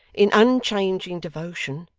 in unchanging devotion,